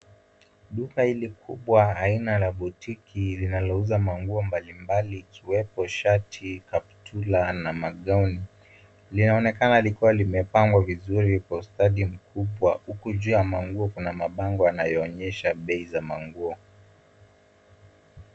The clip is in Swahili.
Duka hili kubwa aina ya botique linalouza manguo mbalimbali ikiwepo shati, kaptura na magaoni. Linaonekana likiwa limepangwa vizuri kwa ustadi mkubwa huku juu ya manguo kuna mabango yanayoonyesha bei za manguo.